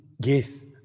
yes